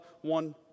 one